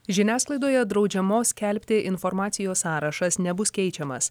žiniasklaidoje draudžiamos skelbti informacijos sąrašas nebus keičiamas